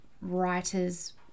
writers